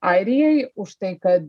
airijai už tai kad